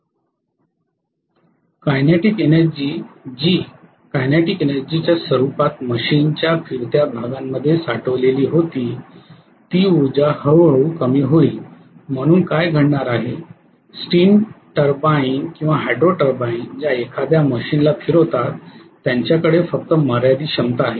kinetic energy जी kinetic energy च्या स्वरूपात मशीनच्या फिरत्या भागांमध्ये साठवलेली होती ती ऊर्जा हळूहळू कमी होईल म्हणून काय घडणार आहे स्टीम टर्बाइन किंवा हायड्रो टरबाइन ज्या एखाद्या मशीनला फिरवतात त्यांच्याकडे फक्त मर्यादित क्षमता आहे